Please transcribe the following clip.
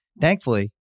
Thankfully